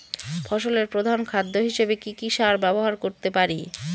ফসলের প্রধান খাদ্য হিসেবে কি কি সার ব্যবহার করতে পারি?